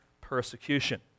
persecution